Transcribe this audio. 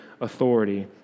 authority